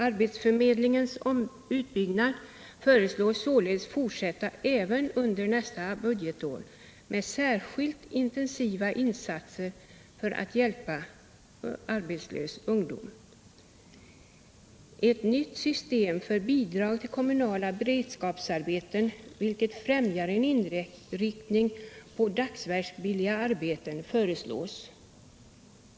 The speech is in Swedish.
Arbetsförmedlingens utbyggnad föreslås således fortsätta även under nästa budgetår med särskilt intensiva insatser för att hjälpa arbetslös ungdom. Ett nytt system för bidrag till kommunala beredskapsarbeten, vilket främjar en inriktning på dagsverksbilliga arbeten, föreslås.